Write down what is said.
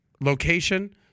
location